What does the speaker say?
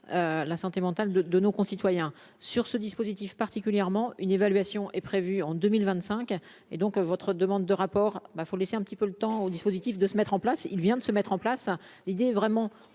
la santé mentale de de nos concitoyens sur ce dispositif particulièrement une évaluation est prévue en 2025 et donc votre demande de rapport ben faut laisser un petit peu le temps au dispositif de se mettre en place, il vient de se mettre en place l'idée vraiment